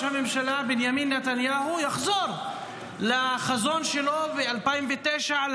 הממשלה בנימין נתניהו יחזור לחזון שלו ב-2009,